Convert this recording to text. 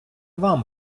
вам